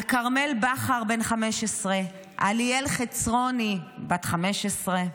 על כרמל בכר בן ה-15, על ליאל חצרוני בת ה-15,